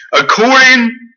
according